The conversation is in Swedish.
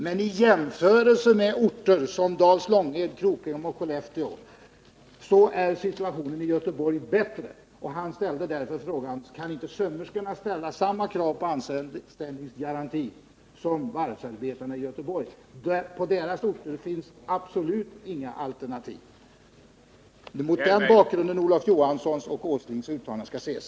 ”Men i jämförelse med orter som Dals Långed, Krokom och Skellefteå är situationen i Göteborg bättre.” Han ställde därför frågan: Kan inte sömmerskorna ställa samma krav på anställningsgaranti som varvsarbetarna i Göteborg? På deras orter finns absolut inga alternativ. Det är mot den bakgrunden Nils Åslings och Olof Johanssons uttalanden skall ses.